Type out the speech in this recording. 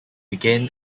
begin